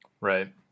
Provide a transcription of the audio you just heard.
Right